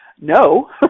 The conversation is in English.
no